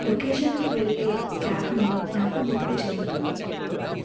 లొకేషన్కి వెళ్ళే క్యాబ్ని నాకు బుక్కు చెయ్యి